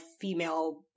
female